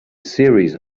series